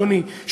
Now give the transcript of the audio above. אדוני,